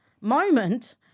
moment